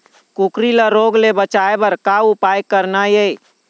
कुकरी ला रोग ले बचाए बर का उपाय करना ये?